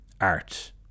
Art